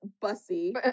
Bussy